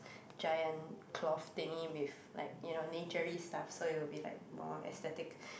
giant cloth thingy with like you know natury stuff so it will be like more aesthetic